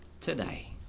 today